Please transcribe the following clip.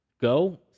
Go